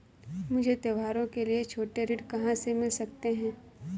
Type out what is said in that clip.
मुझे त्योहारों के लिए छोटे ऋण कहाँ से मिल सकते हैं?